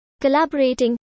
collaborating